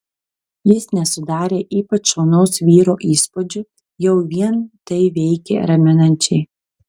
jis nesudarė ypač šaunaus vyro įspūdžio jau vien tai veikė raminančiai